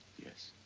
yes.